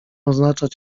oznaczać